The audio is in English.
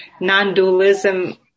non-dualism